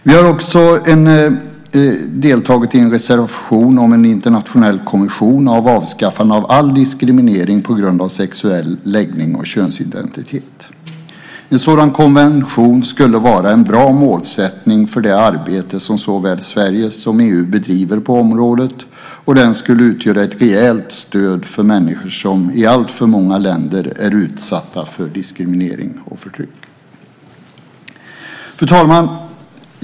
Vi har också deltagit i en reservation om en internationell konvention om avskaffande av all diskriminering på grund av sexuell läggning och könsidentitet. En sådan konvention skulle vara ett bra mål för det arbete som såväl Sverige som EU bedriver på området. Den skulle utgöra ett reellt stöd för människor som i alltför många länder är utsatta för diskriminering och förtryck. Fru talman!